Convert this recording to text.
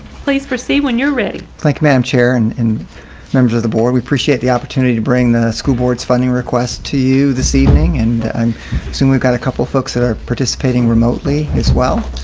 please proceed. when you're ready. like madam chair and and members of the board. we appreciate the opportunity to bring the school board's funding request to you this evening and i'm seeing we've got a couple folks that are participating remotely as well.